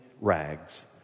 rags